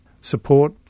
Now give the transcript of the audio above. support